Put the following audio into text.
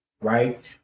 right